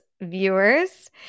viewers